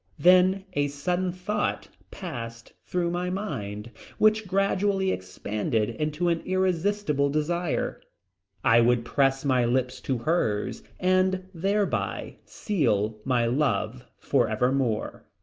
then a sudden thought passed through my mind which gradually expanded into an irresistible desire i would press my lips to hers and thereby seal my love forevermore.